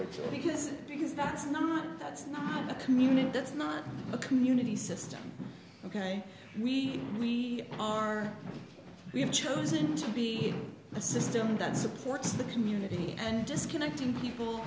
because that's not that's a community that's not a community system ok we we are we have chosen to be the system that supports the community and disconnecting people